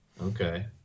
Okay